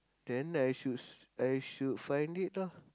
then I should s~ I should find it lah